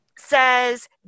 says